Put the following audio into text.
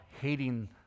hating